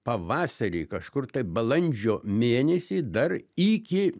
pavasarį kažkur tai balandžio mėnesį dar iki